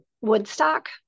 Woodstock